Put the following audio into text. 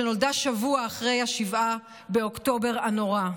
שנולדה שבוע אחרי 7 באוקטובר הנורא.